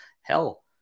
Hell